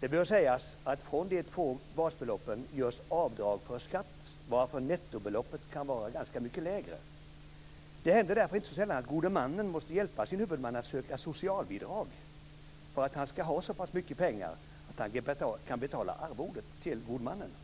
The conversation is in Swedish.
Det bör sägas att från de två basbeloppen görs avdrag för skatt, varför nettobeloppet kan vara ganska mycket lägre. Det händer därför inte då sällan att gode mannen måste hjälpa sin huvudman att söka socialbidrag för att han ska ha så pass mycket pengar att han kan betala arvodet till gode mannen.